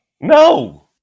no